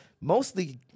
mostly